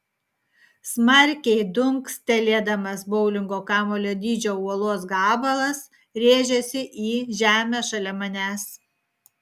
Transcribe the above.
smarkiai dunkstelėdamas boulingo kamuolio dydžio uolos gabalas rėžėsi į žemę šalia manęs